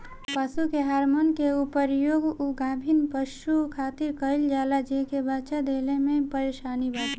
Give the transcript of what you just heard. पशु के हार्मोन के प्रयोग उ गाभिन पशु खातिर कईल जाला जेके बच्चा देला में परेशानी बाटे